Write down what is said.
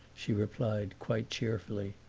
she replied quite cheerfully.